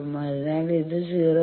അതിനാൽ ഇത് 0